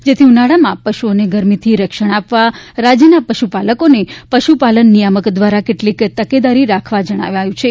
જેથી ઉનાળામાં પશુઓને ગરમીથી રક્ષણ આપવા રાજ્યના પશુપાલકોને પશુપાલન નિયામક દ્વારા કેટલીક તકેદારી રાખવા જણાવાયું છે